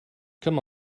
come